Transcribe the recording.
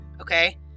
okay